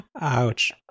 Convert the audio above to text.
ouch